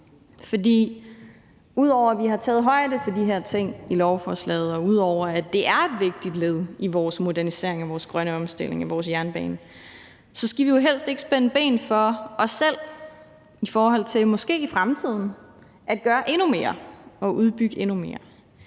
ud over at vi har taget højde for de her ting i lovforslaget, og ud over at det er et vigtigt led i vores modernisering og grønne omstilling af vores jernbane, skal vi jo helst ikke spænde ben for os selv i forhold til måske i fremtiden at gøre endnu mere og udbygge endnu mere.